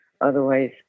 Otherwise